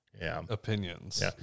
opinions